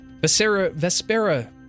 Vespera